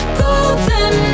golden